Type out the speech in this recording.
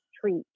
treat